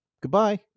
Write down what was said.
Goodbye